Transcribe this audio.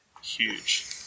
huge